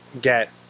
get